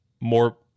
more